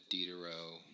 Diderot